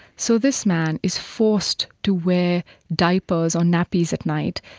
so this man is forced to wear diapers or nappies at night.